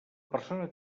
persona